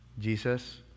Jesus